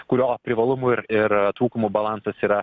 kurio privalumų ir ir trūkumų balansas yra